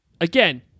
again